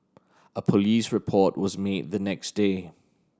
a police report was made the next day